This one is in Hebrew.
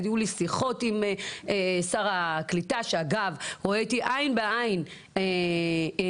היו לי שיחות עם שר הקליטה שאגב רואה איתי עין בעין את